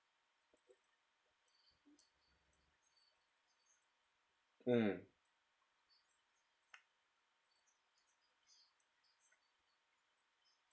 mm